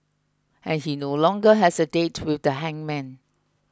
and he no longer has a date with the hangman